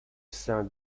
sein